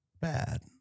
bad